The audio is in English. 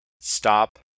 stop